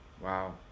Wow